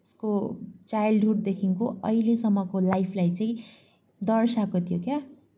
उसको चाइल्डहुडदेखिको अहिलेसम्मको लाइफलाई चाहिँ दर्साएको थियो क्या